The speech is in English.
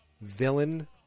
villain